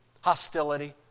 hostility